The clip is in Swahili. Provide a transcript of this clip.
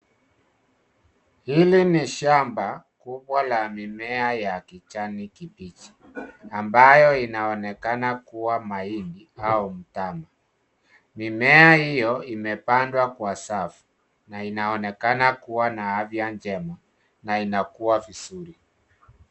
Hili ni shamba kubwa la mimea ya kijani kibichi ambayo inaonekana kuwa mahindi au mtama. Mimea hiyo imepandwa kwa safu na inaonekana kuwa na afya njema na inakua vizuri.